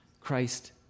Christ